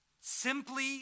simply